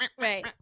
Right